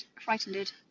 frightened